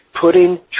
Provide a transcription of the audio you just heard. putting